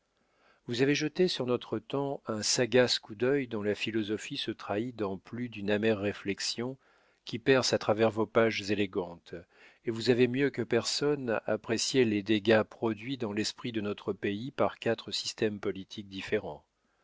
vous avez jeté sur notre temps un sagace coup d'œil dont la philosophie se trahit dans plus d'une amère réflexion qui perce à travers vos pages élégantes et vous avez mieux que personne apprécié les dégâts produits dans l'esprit de notre pays par quatre systèmes politiques différents